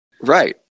right